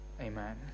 Amen